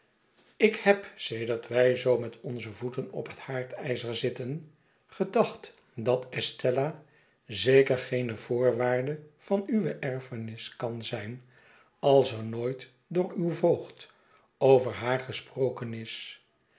ik heb sedert wij zoo met onze voeten op het haardijzer zitten gedacht dat estella zeker geene voorwaarde van uwe erfenis kan zijn als er nooit door uw voogd over haar gesproken is